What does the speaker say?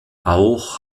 auch